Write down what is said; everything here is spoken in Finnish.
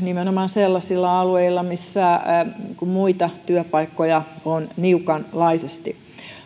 nimenomaan sellaisilla alueilla missä muita työpaikkoja on niukanlaisesti